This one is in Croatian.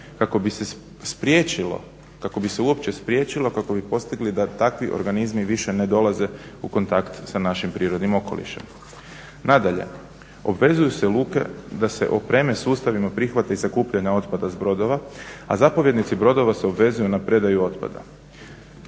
kako bi se uopće spriječilo, kako bi postigli da takvi organizmi više ne dolaze u kontakt sa našim prirodnim okolišem. Nadalje, obvezuju se luke da se opreme sustavima prihvata i sakupljanja otpada s brodova, a zapovjednici brodova se obvezuju na predaju otpada.